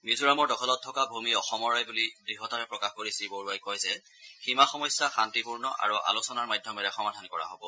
মিজোৰামৰ দখলত থকা ভূমি অসমৰ বুলি দৃঢ়তাৰে প্ৰকাশ কৰি শ্ৰীবৰুৱাই কয় যে সীমা সমস্যা শান্তিপূৰ্ণ আৰু আলোচনাৰ মাধ্যমেৰে সমাধান কৰা হ'ব